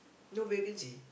no vacancy